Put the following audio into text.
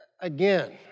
again